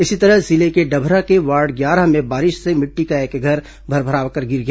इसी तरह जिले के डभरा के वार्ड ग्यारह में बारिश से मिट्टी का एक घर भरभराकर गिर गया